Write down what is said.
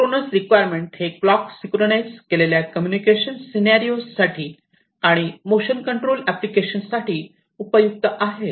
isochronous requirement हे clock synchronize केलेल्या communication scenario साठी आणि मोशन कंट्रोल एप्लीकेशन साठी उपयुक्त आहेत